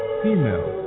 female